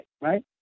right